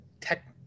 tech